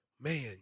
man